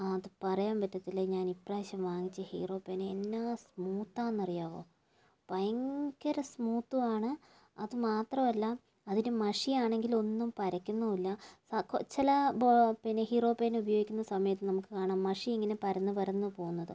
അത് പറയാന് പറ്റത്തില്ല ഞാന് ഈ പ്രാവശ്യം വാങ്ങിച്ച ഹീറോ പേന എന്നാ സ്മൂത്താന്നറിയാവോ ഭയങ്കര സ്മൂത്ത് ആണ് അത് മാത്രം അല്ല അതിന് മഷി ആണെങ്കില് ഒന്നും പരക്കുന്നുമില്ല ചില ബോ ഹീറോ പേന ഉപയോഗിക്കുന്ന സമയത്ത് നമുക്ക് കാണാം മഷി ഇങ്ങനെ പരന്നു പരന്നു പോകുന്നത്